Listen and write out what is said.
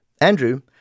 Andrew